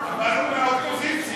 אבל הוא מהאופוזיציה,